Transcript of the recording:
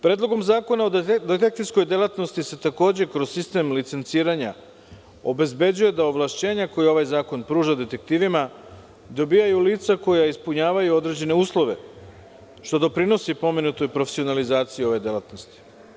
Predlogom zakona o detektivskoj delatnosti se takođe kroz sistem licenciranja obezbeđuje da ovlašćenja, koja ovaj zakon pruža detektivima, dobijaju lica koja ispunjavaju određene uslove, što doprinosi pomenutoj profesionalizaciji ove delatnosti.